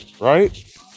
right